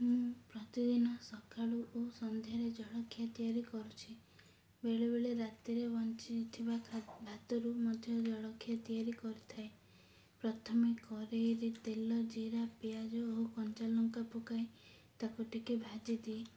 ମୁଁ ପ୍ରତିଦିନ ସକାଳୁ ଓ ସନ୍ଧ୍ୟାରେ ଜଳଖିଆ ତିଆରି କରୁଛି ବେଳେବେଳେ ରାତିରେ ବଞ୍ଚିଥିବା ଖା ଭାତରୁ ମଧ୍ୟ ଜଳଖିଆ ତିଆରି କରିଥାଏ ପ୍ରଥମେ କଡ଼େଇରେ ତେଲ ଜିରା ପିଆଜ ଓ କଞ୍ଚାଲଙ୍କା ପକାଏ ତାକୁ ଟିକେ ଭାଜି ଦିଏ